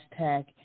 hashtag